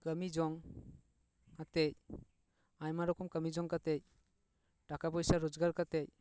ᱠᱟᱹᱢᱤ ᱡᱚᱝ ᱟᱛᱮᱜ ᱟᱭᱢᱟ ᱨᱚᱠᱚᱢ ᱠᱟᱹᱢᱤ ᱡᱚᱝ ᱠᱟᱛᱮ ᱴᱟᱠᱟ ᱯᱚᱭᱥᱟ ᱨᱳᱡᱽᱜᱟᱨ ᱠᱟᱛᱮ